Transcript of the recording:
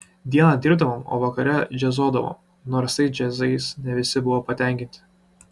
dieną dirbdavom o vakare džiazuodavom nors tais džiazais ne visi buvo patenkinti